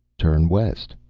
turn west,